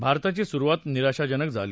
भारताची सुरुवात निराशाजनक झाली